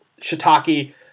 shiitake